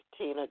Tina